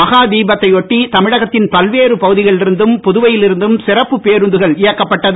மகா தீபத்தையொட்டி தமிழகத்தின் பல்வேறு பகுதிகளில் இருந்தும் புதுவையில் இருந்தும் சிறப்பு பேருந்துகள் இயக்கப்பட்டது